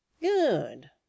Good